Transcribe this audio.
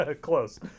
close